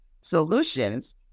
solutions